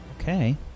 Okay